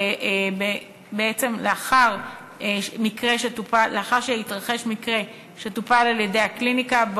בעצם לאחר שהתרחש מקרה שטופל על-ידי הקליניקה.